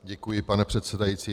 Děkuji, pane předsedající.